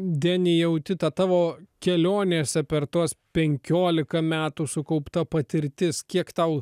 deni jauti tą tavo kelionėse per tuos penkiolika metų sukaupta patirtis kiek tau